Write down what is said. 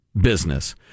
business